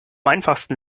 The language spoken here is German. einfachsten